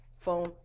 Phone